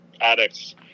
addicts